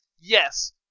yes